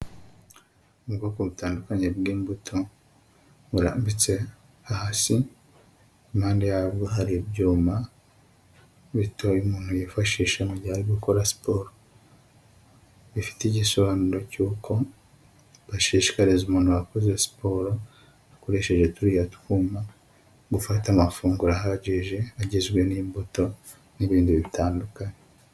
Mu bwoko butandukanye bw'imbuto murambitse hasi ,impande yabwo hari ibyuma bitoya umuntu yifashisha mu gihe ari gukora siporo, bifite igisobanuro cy'uko bashishikariza umuntu wakoze siporo akoresheje turiya twuma gufata amafunguro ahagije agizwe n'imbuto n'ibindi bitandukanye.